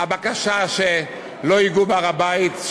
הבקשה שלא ייגעו בהר-הבית,